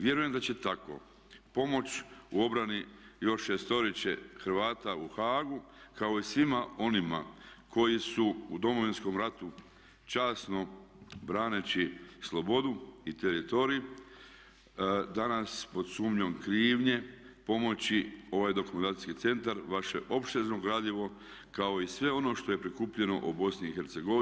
Vjerujem da će tako pomoć u obrani još šestorice Hrvata u Haagu kao i svima onima koji su u Domovinskom ratu časno braneći slobodu i teritorij danas pod sumnjom krivnje pomoći ovaj Dokumentacijski centar vaše opsežno gradivo kao i sve ono što je prikupljeno o Bosni i Hercegovini.